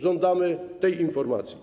Żądamy tej informacji.